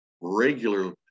regularly